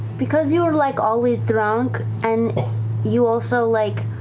because you were, like, always drunk, and you also like,